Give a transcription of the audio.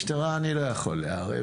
משטרה אני יכול לערב,